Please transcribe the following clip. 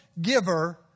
giver